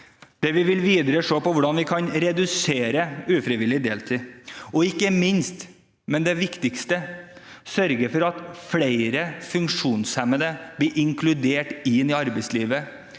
der vi videre vil se på hvordan vi kan redusere ufrivillig deltid, og ikke minst, og det viktigste, sørge for at flere funksjonshemmede blir inkludert i arbeidslivet